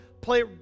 play